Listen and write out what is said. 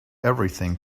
everything